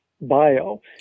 bio